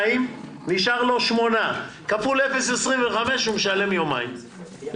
נשארו 8 ימים והוא משלם עליהם 0.25%,